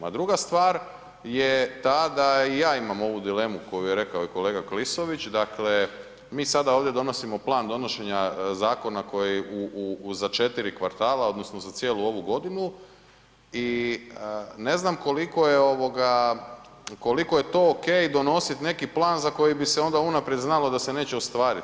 A druga stvar je ta da i ja imam ovu dilemu koju je rekao kolega Klisović, dakle mi sada ovdje donosimo plan donošenja zakona koji u, za 4 kvartala odnosno za cijelu ovu godinu i ne znam koliko je to okej donositi neki plan za koji bi se onda unaprijed znalo da se neće ostvariti.